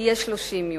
יהיה 30 יום.